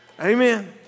Amen